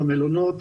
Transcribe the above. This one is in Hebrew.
למלונות,